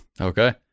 Okay